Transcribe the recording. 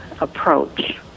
approach